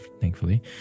thankfully